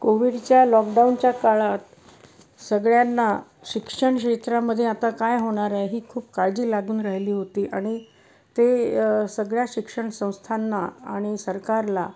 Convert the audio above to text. कोविडच्या लॉकडाऊनच्या काळात सगळ्यांना शिक्षण क्षेत्रामध्ये आता काय होणार आहे ही खूप काळजी लागून राहिली होती आणि ते सगळ्या शिक्षण संस्थांना आणि सरकारला